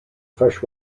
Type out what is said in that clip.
fresh